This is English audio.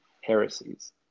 heresies